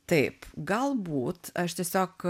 taip galbūt aš tiesiog